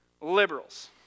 liberals